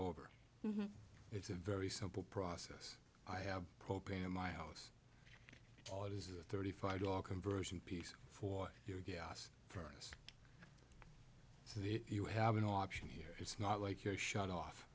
over it's a very simple process i have propane in my house all it is a thirty five dollar conversion piece for your gas so that you have an option here it's not like you're shut off